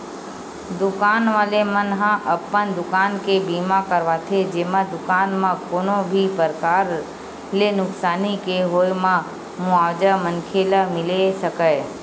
दुकान वाले मन ह अपन दुकान के बीमा करवाथे जेमा दुकान म कोनो भी परकार ले नुकसानी के होय म मुवाजा मनखे ल मिले सकय